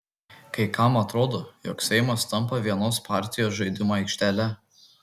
kai kam atrodo jog seimas tampa vienos partijos žaidimų aikštele